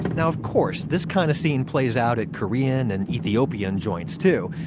now, of course, this kind of scene plays out at korean and ethiopian joints too.